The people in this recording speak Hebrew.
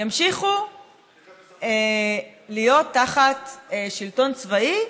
ימשיכו להיות תחת שלטון צבאי,